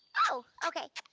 oh okay.